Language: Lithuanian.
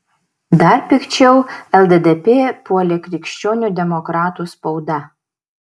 dar pikčiau lddp puolė krikščionių demokratų spauda